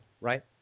right